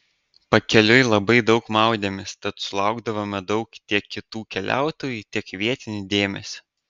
pakeliui labai daug maudėmės tad sulaukdavome daug tiek kitų keliautojų tiek vietinių dėmesio